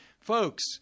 folks